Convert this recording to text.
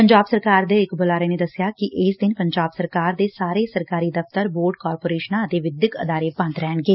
ਪੰਜਾਬ ਸਰਕਾਰ ਦੇ ਇੱਕ ਬੁਲਾਰੇ ਨੇ ਦੱਸਿਆ ਕਿ ਇਸ ਦਿਨ ਪੰਜਾਬ ਸਰਕਾਰ ਦੇ ਸਾਰੇ ਸਰਕਾਰੀ ਦਫ਼ਤਰ ਬੋਰਡ ਕਾਰਪੋਰੇਸ਼ਨਾਂ ਅਤੇ ਵਿੱਦਿਅਕ ਅਦਾਰੇ ਬੰਦ ਰਹਿਣਗੇ